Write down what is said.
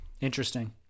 Interesting